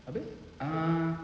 ada ah